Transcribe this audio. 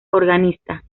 organista